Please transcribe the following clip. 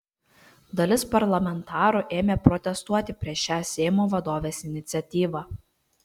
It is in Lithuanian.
dalis parlamentarų ėmė protestuoti prieš šią seimo vadovės iniciatyvą